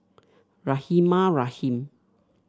Rahimah Rahim